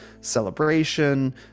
celebration